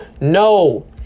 No